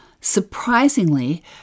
Surprisingly